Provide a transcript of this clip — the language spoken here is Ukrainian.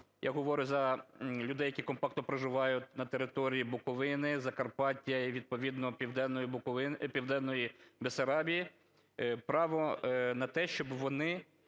я говорю за людей, які компактно проживають на території Буковини, Закарпаття і, відповідно, Південної Бессарабії, право на те, щоб вони